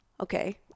Okay